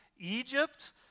Egypt